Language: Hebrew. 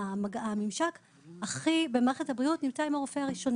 הממשק הכי במערכת הבריאות נמצא עם הרופא הראשוני.